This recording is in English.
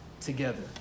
together